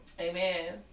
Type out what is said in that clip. amen